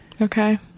Okay